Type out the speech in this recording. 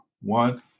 one